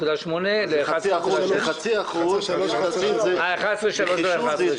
כדוגמת משרד המשפטים לא הקצו לזה תקן מלא אלא זה נוסף על תפקיד.